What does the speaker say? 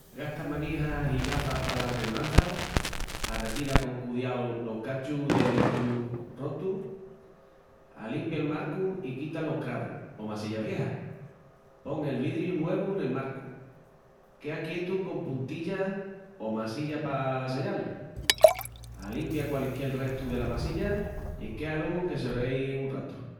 Gasta manijas i gafas pala segurança, arretira con cudiau los cachus de vidriu rotu, alimpia'l marcu i quita los cravus o massilla vieja, pon el vidriu nuevu nel marcu, quea quietu con puntillas o massilla p'asellal, alimpia qualisquiel restu dela massilla i quéalu que s'orei un ratu.